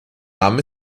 namen